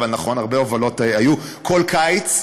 אבל נכון, הרבה הובלות היו כל קיץ.